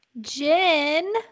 jen